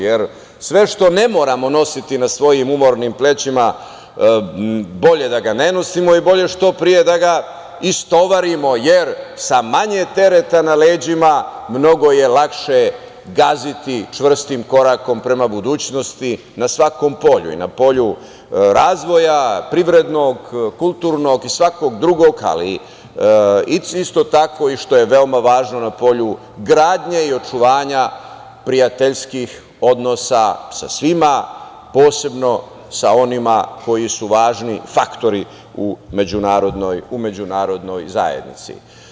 Jer sve što ne moramo nositi na svojim umornim plećima bolje da ga ne nosimo i bolje što pre da ga istovarimo, jer sa manje tereta na leđima mnogo je lakše gaziti čvrstim korakom prema budućnosti na svakom polju i na polju razvoja, privrednog, kulturnog i svakog drugog ali i isto tako i što je veoma važno na polju gradnje i očuvanja prijateljskih odnosa sa svima, posebno sa onima koji su važni faktori u međunarodnoj zajednici.